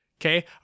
okay